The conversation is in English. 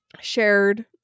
shared